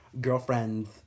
girlfriends